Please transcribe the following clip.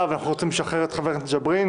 ואנחנו רוצים לשחרר את חבר הכנסת ג'ברין.